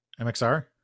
MXR